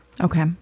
Okay